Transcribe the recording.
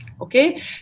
Okay